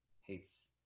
hates